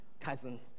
cousin